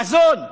מזון.